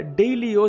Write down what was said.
daily